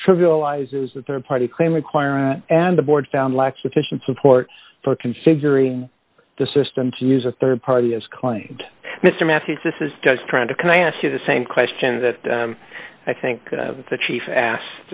trivializes the rd party claim requirement and the board found lack sufficient support for configuring the system to use a rd party as claimed mr mathews this is just trying to can i ask you the same question that i think the chief asked